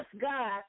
God